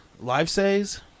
Livesay's